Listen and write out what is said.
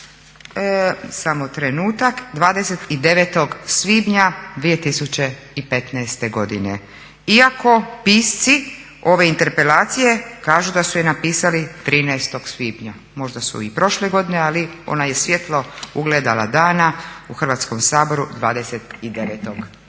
samo trenutak 29. svibnja 2015. godine. Iako pisci ove interpelacije kažu da su je napisali 13. svibnja. Možda su i prošle godine ali ona je svjetlo ugledala dana u Hrvatskom saboru 29. svibnja.